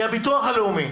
הביטוח הלאומי